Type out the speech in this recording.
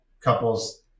couples